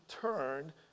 turn